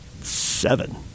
seven